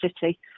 city